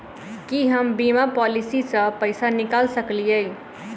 की हम बीमा पॉलिसी सऽ पैसा निकाल सकलिये?